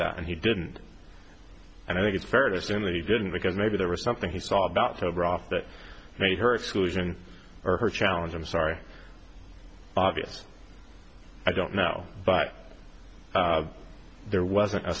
that and he didn't and i think it's fair to assume that he didn't because maybe there was something he saw about soboroff that made her exclusion or her challenge i'm sorry obvious i don't know but there was